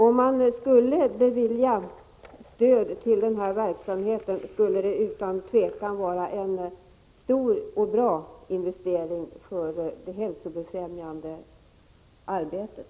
Om man beviljade stöd till den här verksamheten, skulle det utan tvivel vara en stor och bra investering för det hälsofrämjande arbetet.